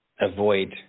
avoid